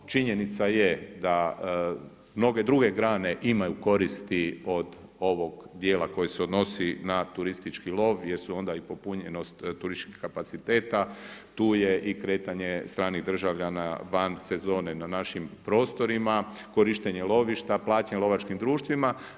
Činjenica je da mnoge druge grane imaju koristi od ovog dijela koji se odnosi na turistički lov jer su onda i popunjenost turističkih kapaciteta, tu je i kretanje stranih državljana van sezone na našim prostorima, korištenje lovišta, plaćanje lovačkim društvima.